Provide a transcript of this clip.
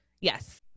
Yes